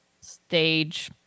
stage